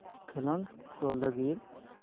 ᱠᱷᱮᱞᱳᱰ ᱠᱚ ᱞᱟᱹᱜᱤᱫ